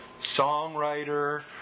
songwriter